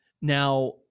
Now